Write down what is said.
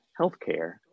healthcare